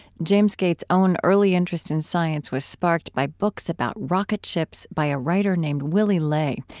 james gates' own early interest in science was sparked by books about rocket ships by a writer named willy ley,